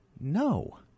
no